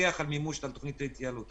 יפקח על מימוש תכנית ההתייעלות.